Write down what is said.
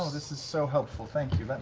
this is so helpful, thank you,